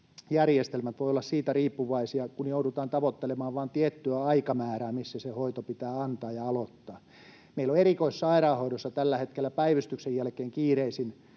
voivat olla siitä riippuvaisia, kun joudutaan tavoittelemaan vaan tiettyä aikamäärää, missä se hoito pitää antaa ja aloittaa. Meillä on erikoissairaanhoidossa tällä hetkellä päivystyksen jälkeen kiireisin